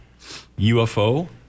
UFO